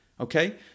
okay